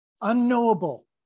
unknowable